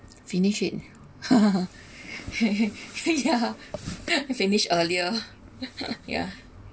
finished it yeah finish earlier yeah